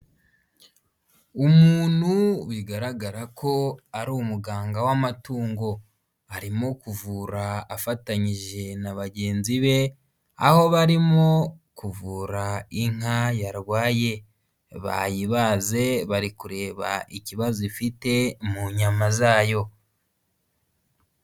Umuntu bigaragara ko ari umuganga w'amatungo, arimo kuvura afatanyije na bagenzi be aho barimo kuvura inka yarwaye, bayibaze bari kureba ikibazo ifite mu nyama zayo.